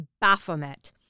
Baphomet